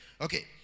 Okay